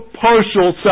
partial